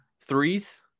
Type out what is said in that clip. threes